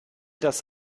das